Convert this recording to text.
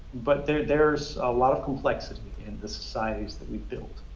but there's there's a lot of complexity in the societies that we've built.